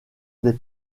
des